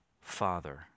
Father